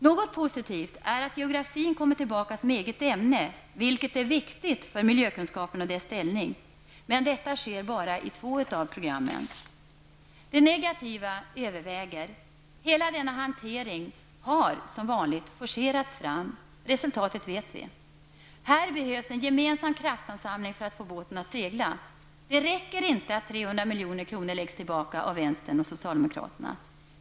Något positivt är att geografin kommer tillbaka som eget ämne. Det är viktigt för miljökunskapen och dess ställning, men detta sker bara i två av programmen. Det negativa överväger. Hela denna hantering har, som vanligt, forcerats fram. Resultatet vet vi. Här behövs en gemensam kraftansamling för att få båten att segla. Det räcker inte att 300 milj.kr. läggs tillbaka av vänstern och socialdemokraterna.